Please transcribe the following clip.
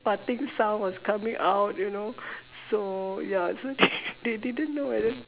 farting sound was coming out you know so ya so they didn't know whether